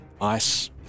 ice